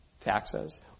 taxes